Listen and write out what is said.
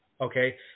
Okay